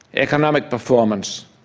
economic performance,